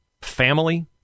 Family